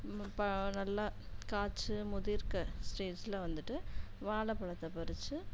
இப்போ நல்லா காய்ச்சு முதிர்க்க ஸ்டேஜ்ல வந்துவிட்டு வாழப்பழத்தை பறிச்சு